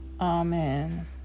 Amen